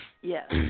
Yes